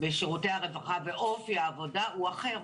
בשירותי הרווחה ואופי העבודה הוא אחר.